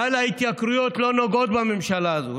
גל ההתייקרויות לא נוגע בממשלה הזו,